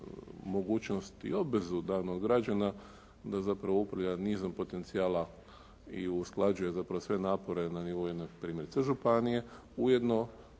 mogućnost i obvezu …/Govornik se ne razumije./… da zapravo upravlja nizom potencijala i usklađuje zapravo sve napore na nivou primjerice županije, ujedno